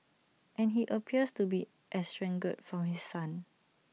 and he appears to be estranged from his son